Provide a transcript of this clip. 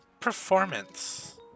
performance